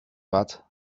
but